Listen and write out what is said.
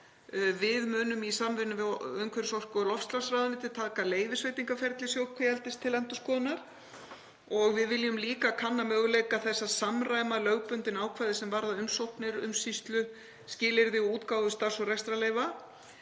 Við munum, í samvinnu við umhverfis-, orku- og loftslagsráðuneytið, taka leyfisveitingaferli sjókvíaeldis til endurskoðunar og við viljum líka kanna möguleika þess að samræma lögbundin ákvæði sem varða umsóknir, umsýslu, skilyrði og útgáfu starfs- og rekstrarleyfa.